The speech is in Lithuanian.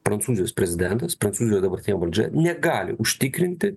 prancūzijos prezidentas prancūzijo dabartinė valdžia negali užtikrinti